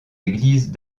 églises